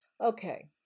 okay